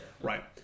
Right